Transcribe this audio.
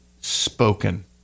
spoken